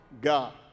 God